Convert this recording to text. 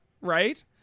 right